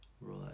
Right